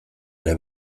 ere